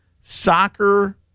soccer